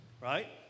right